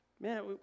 Man